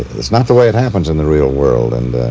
it's not the way it happens in the real world and